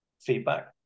feedback